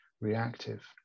reactive